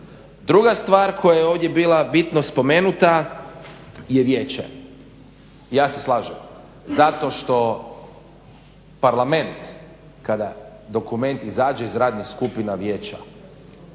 Druga stvar koja je ovdje bila bitno spomenuta je vijeće. Ja se slažem, zato što Parlament kada dokument izađe iz radnih skupina vijeća,